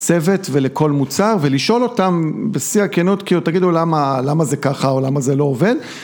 צוות ולכל מוצר ולשאול אותם בשיא הכנות, כאילו תגידו למה זה ככה או למה זה לא עובד